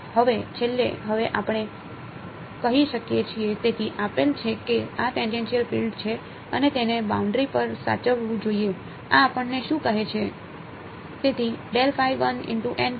હવે છેલ્લે હવે આપણે કહી શકીએ છીએ તેથી આપેલ છે કે આ ટેનજેનશીયલ ફીલ્ડ છે અને તેને બાઉન્ડરી પર સાચવવું જોઈએ આ આપણને શું કહે છે